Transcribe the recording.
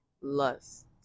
lust